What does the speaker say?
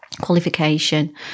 qualification